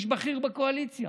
איש בכיר בקואליציה,